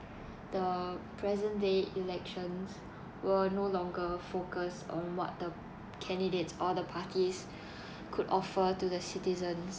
the present day elections were no longer focused on what the candidates or the parties could offer to the citizens